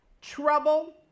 trouble